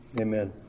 Amen